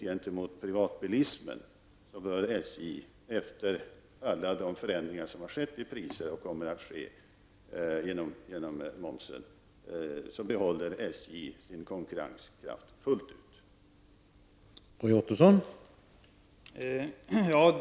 Gentemot privatbilismen bör SJ efter alla de förändringar som har skett och kommer att ske av priser på grund av momsen behålla sin konkurrenskraft fullt ut.